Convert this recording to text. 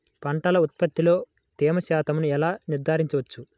పంటల ఉత్పత్తిలో తేమ శాతంను ఎలా నిర్ధారించవచ్చు?